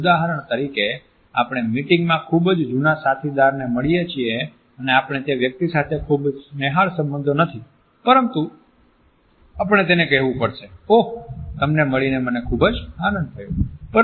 ઉદાહરણ તરીકે આપણે મીટિંગ મા ખૂબ જ જૂના સાથીદારને મળીએ છીએ અને આપણે તે વ્યક્તિ સાથે ખૂબ જ સ્નેહાળ સંબંધો નથી પરંતુ આપણે તેને કહેવું પડશે "ઓહ તમને મળીને મને ખૂબ આનંદ થયો"